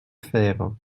faire